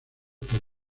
por